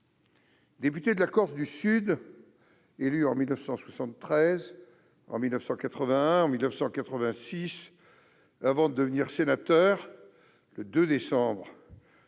député de la Corse-du-Sud en 1973, en 1981 et en 1986 avant de devenir sénateur le 2 décembre 2001-